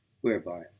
whereby